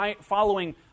following